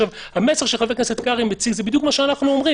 המסר שחבר הכנסת קרעי מציע זה בדיוק מה שאנחנו אומרים